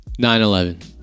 9-11